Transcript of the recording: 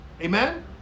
Amen